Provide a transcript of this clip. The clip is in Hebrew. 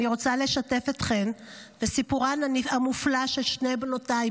אני רוצה לשתף אתכם בסיפורן המופלא של שתי בנותיי,